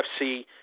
UFC